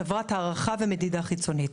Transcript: חברת הערכה ומדידה חיצונית.